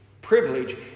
privilege